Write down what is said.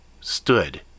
stood